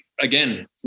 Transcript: again